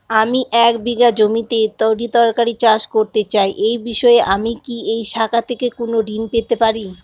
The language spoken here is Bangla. আমি এক বিঘা জমিতে তরিতরকারি চাষ করতে চাই এই বিষয়ে আমি কি এই শাখা থেকে কোন ঋণ পেতে পারি?